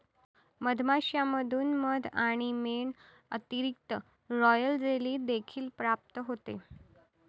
मधमाश्यांमधून मध आणि मेण व्यतिरिक्त, रॉयल जेली देखील प्राप्त होते